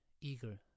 eager